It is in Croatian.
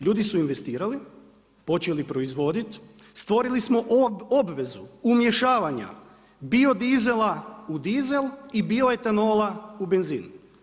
Ljudi su investirali, počeli proizvoditi, stvorili smo obvezu umješavanja bio dizela u dizel i bio etanola u benzin.